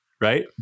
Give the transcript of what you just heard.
right